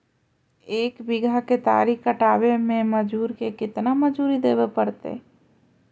एक बिघा केतारी कटबाबे में मजुर के केतना मजुरि देबे पड़तै?